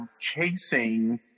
chasing